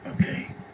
Okay